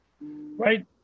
right